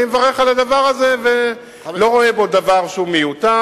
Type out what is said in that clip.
אני מברך על הדבר הזה ולא רואה בו דבר שהוא מיותר.